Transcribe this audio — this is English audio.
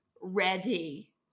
Ready